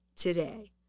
today